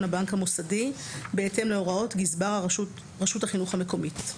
הבנק המוסדי בהתאם להוראות גזבר רשות החינוך המקומית.